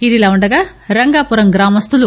ఇదిలా ఉండగా రంగాపురం గ్రామస్తులు